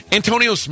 Antonio